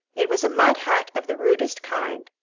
it was a mud hut of the rudest kind,